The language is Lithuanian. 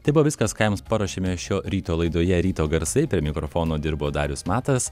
tai buvo viskas ką jums paruošėme šio ryto laidoje ryto garsai prie mikrofono dirbo darius matas